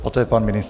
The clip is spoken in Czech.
Poté pan ministr.